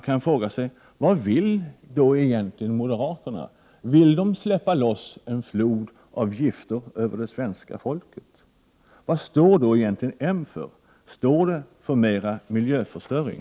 Jag frågar mig: Vad vill då egentligen moderaterna? Vill de släppa loss en flod av gifter över det svenska folket? Vad står egentligen m för? Står det för mera miljöförstöring?